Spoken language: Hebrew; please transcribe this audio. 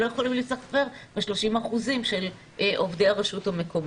הם לא יכולים להיספר ב-30% של עובדי הרשות המקומית.